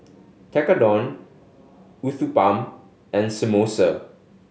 Tekkadon Uthapam and Samosa